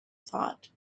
thought